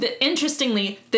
Interestingly